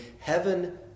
heaven